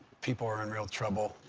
people are in real trouble.